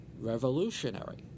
revolutionary